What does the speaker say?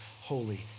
Holy